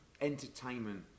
entertainment